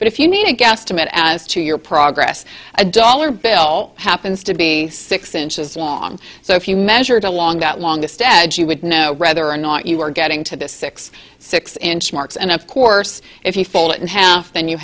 but if you need a guesstimate as to your progress a dollar bill happens to be six inches long so if you measured along that long the stead you would know whether or not you were getting to the six six inch marks and of course if you fold it in half then you